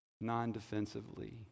non-defensively